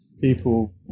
people